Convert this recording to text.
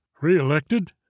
Re-elected